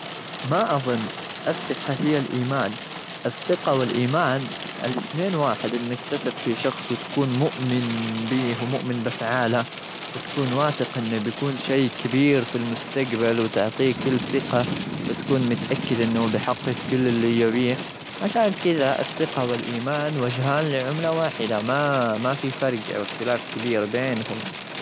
ما أظن الثقة هي الإيمان. الثقة والإيمان الاثنين واحد. إنك تثق في شخص وتكون مؤمن به ومؤمن بأفعاله، وتكون واثق أنه بيكون شيء كبير في المستقبل، وتعطيه كل ثقة، وتكون متأكد أنه بيحقق كل اللي يبيه. عشان كذا، الثقة والإيمان وجهان لعملة واحدة، ما-ما في فرق أو اختلاف كبير بينهم.